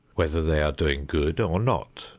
whether they are doing good or not,